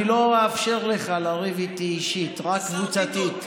אני לא אאפשר לך לריב איתי אישית, רק קבוצתית.